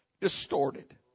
distorted